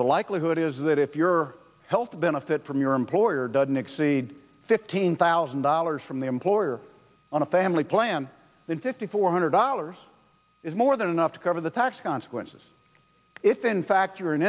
the likelihood is that if your health benefit from your employer doesn't exceed fifteen thousand dollars from the employer on a family plan than fifty four hundred dollars is more than enough to cover the tax consequences if in fact you're an